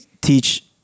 teach